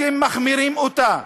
אתם מחמירים אותה: